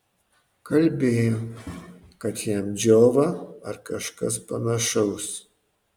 kalbėjo kad jam džiova ar kažkas panašaus